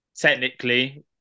technically